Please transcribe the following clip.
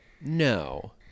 No